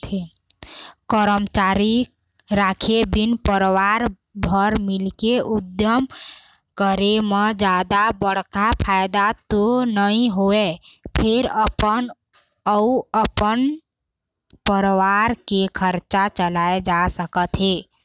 करमचारी राखे बिन परवार भर मिलके उद्यम करे म जादा बड़का फायदा तो नइ होवय फेर अपन अउ अपन परवार के खरचा चलाए जा सकत हे